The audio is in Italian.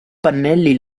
pannelli